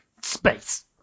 Space